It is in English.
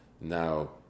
now